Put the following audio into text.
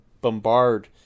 bombard